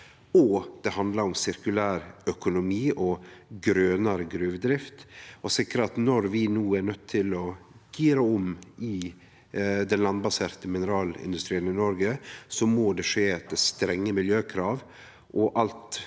Og det handlar om sirkulærøkonomi og grønare gruvedrift – å sikre at når vi no er nøydde til å gire om i den landbaserte mineralindustrien i Noreg, må det skje etter strenge miljøkrav,